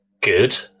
Good